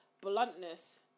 bluntness